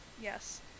Yes